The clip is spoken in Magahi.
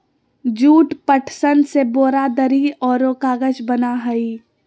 जूट, पटसन से बोरा, दरी औरो कागज बना हइ